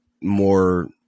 more